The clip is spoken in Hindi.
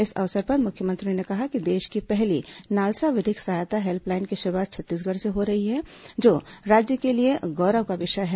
इस अवसर पर मुख्यमंत्री ने कहा कि देश की पहली नालसा विधिक सहायता हेल्पलाइन की शुरूआत छत्तीसगढ़ से हो रही है जो राज्य के लिए गौरव का विषय है